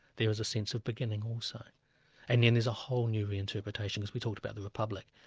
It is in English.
there was a sense of beginning also. and then there's a whole new reinterpretation as we talked about the republic.